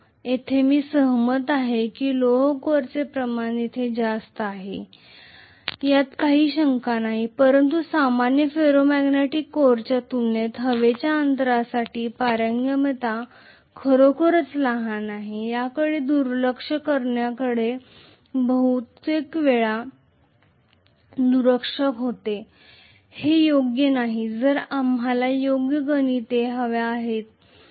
येथे मी सहमत आहे की लोह कोरचे प्रमाण येथे जास्त आहे यात काही शंका नाही परंतु सामान्य फेरो मॅग्नेटिक कोरच्या तुलनेत हवेच्या अंतरासाठी पारगम्यता खरोखरच लहान आहे याकडे दुर्लक्ष करण्याकडे बहुतेक वेळा दुर्लक्ष होते जे योग्य नाही जर आपल्याला योग्य आकडेमोडी हव्या असतील